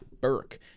Burke